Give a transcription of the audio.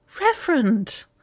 Reverend